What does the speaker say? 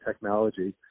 technology